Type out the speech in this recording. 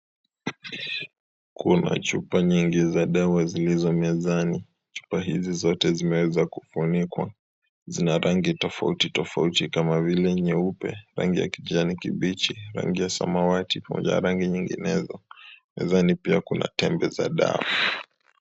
Kuna chupa nyingi za dawa zilizo mezani. Chupa hizi zote zimeweza kufunikwa. Zina rangi tofauti tofauti kama vile nyeupe, rangi ya kijani kibichi, rangi ya samawati, pamoja na rangi nyinginezo. Nadhani pia kuna tembe za dawa.